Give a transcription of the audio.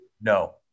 no